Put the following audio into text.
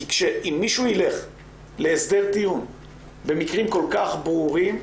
כי אם מישהו ילך להסדר טיעון במקרים כל כך ברורים,